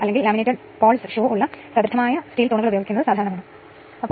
2 winding ട്രാൻസ്ഫോർമറായി ഉപയോഗിക്കുമ്പോൾ 2